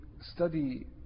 study